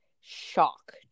shock